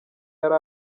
yari